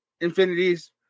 infinities